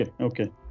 Okay